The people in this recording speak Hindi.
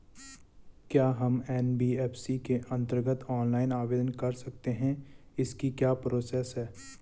क्या हम एन.बी.एफ.सी के अन्तर्गत ऑनलाइन आवेदन कर सकते हैं इसकी क्या प्रोसेस है?